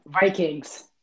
Vikings